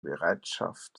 bereitschaft